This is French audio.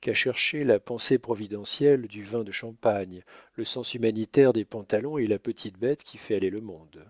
qu'à chercher la pensée providentielle du vin de champagne le sens humanitaire des pantalons et la petite bête qui fait aller le monde